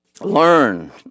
Learn